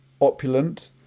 opulent